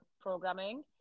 programming